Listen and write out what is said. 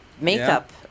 makeup